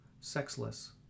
sexless